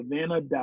Savannah